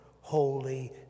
holy